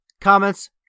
comments